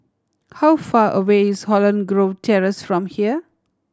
how far away is Holland Grove Terrace from here